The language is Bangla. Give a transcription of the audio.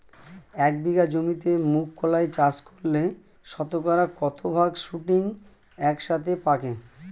এক বিঘা জমিতে মুঘ কলাই চাষ করলে শতকরা কত ভাগ শুটিং একসাথে পাকে?